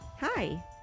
Hi